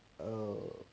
oh